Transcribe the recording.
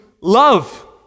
love